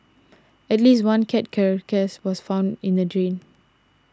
at least one cat carcass was found in a drain